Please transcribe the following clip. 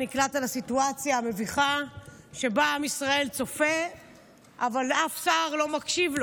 נקלעת לסיטואציה המביכה שבה עם ישראל צופה אבל אף שר לא מקשיב.